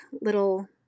little